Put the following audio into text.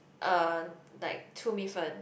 uh like 粗米粉